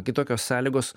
kitokios sąlygos